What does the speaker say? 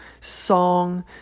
song